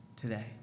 today